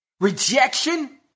Rejection